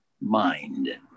mind